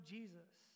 Jesus